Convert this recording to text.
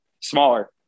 smaller